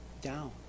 down